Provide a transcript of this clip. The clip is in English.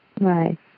Right